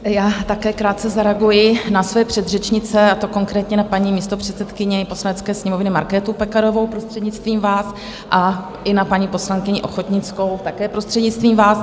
Já také krátce zareaguji na své předřečnice, a to konkrétně na paní místopředsedkyni Poslanecké sněmovny Markétu Pekarovou, prostřednictvím vás, a i na paní poslankyni Ochodnickou, také prostřednictvím vás.